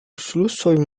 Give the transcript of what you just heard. selesai